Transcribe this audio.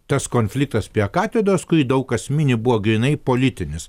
tas konfliktas prie katedros kurį daug kas mini buvo grynai politinis